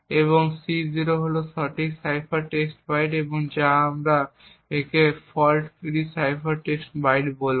এবং C0 হল সঠিক সাইফার টেক্সট বাইট বা যেমন আমরা একে fault free cipher text byte বলুন